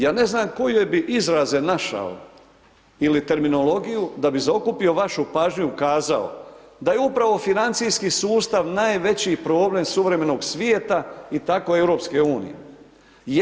Ja ne znam koje bi izraze našao ili terminologiju da bi zaokupio vašu pažnju, ukazao da je upravo financijski sustav najveći problem suvremenog svijeta i tako Europske unije.